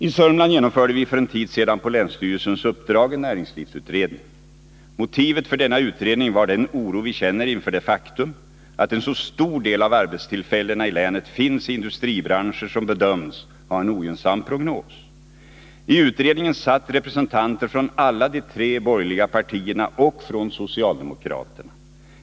I Sörmland genomförde vi för en tid sedan på länsstyrelsens uppdrag en näringslivsutredning. Motivet för denna utredning var den oro vi känner inför det faktum att en så stor del av arbetstillfällena i länet finns i industribranscher som bedöms ha en ogynnsam prognos. I utredningen satt representanter från alla de tre borgerliga partierna och från socialdemokraterna.